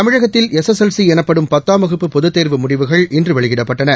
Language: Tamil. தமிழகத்தில் எஸ்எஸ்எல்சி எனப்படும் பத்தாம் வகுப்பு பொதுத் தேர்வு முடிவுகள் இன்று வெளியிடப்பட்டன